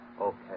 Okay